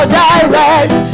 direct